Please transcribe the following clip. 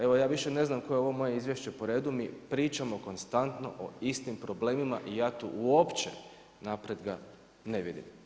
Evo ja više ne znam tko je ovo moje izvješće po redu, mi pričamo konstanto o istim problemima i ja tu uopće napretka ne vidim.